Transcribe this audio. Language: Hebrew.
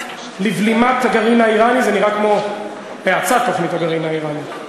לבלימת הגרעין האיראני זה נראה כמו האצת תוכנית הגרעין האיראני,